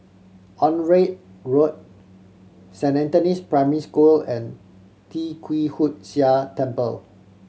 Onraet Road Saint Anthony's Primary School and Tee Kwee Hood Sia Temple